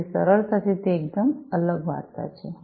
તેથી સરળતાથી તે એકદમ અલગ વાર્તા છે